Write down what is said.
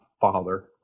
father